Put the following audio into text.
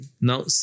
Now